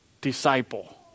disciple